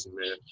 man